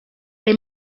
they